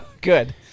good